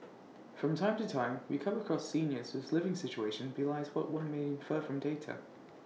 from time to time we come across seniors whose living situation belies what one may infer from data